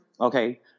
okay